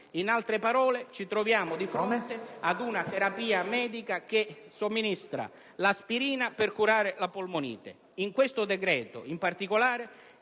In altre parole, ci troviamo di fronte ad una terapia medica che somministra l'aspirina per curare la polmonite. In questo decreto-legge, in particolare,